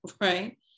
right